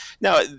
Now